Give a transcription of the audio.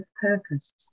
purpose